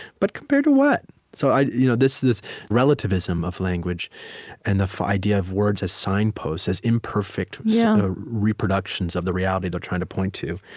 but compared to what? so you know this this relativism of language and the idea of words as signposts, as imperfect yeah reproductions of the reality they're trying to point to,